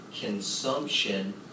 consumption